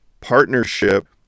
partnership